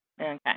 okay